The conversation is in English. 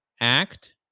act